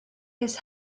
his